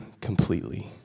completely